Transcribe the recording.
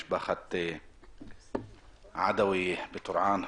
משפחת עדוי בטורעאן,